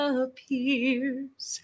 appears